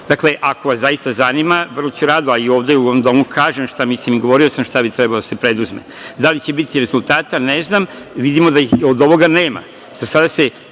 stvari. Dakle, ako vas zaista zanima, vrlo ću rado, a i ovde, u ovom Domu kažem šta mislim i govorio sam šta bi trebalo da se preduzme. Da li će biti rezultata? Ne znam. Vidimo da ih od ovoga nema. Za sada se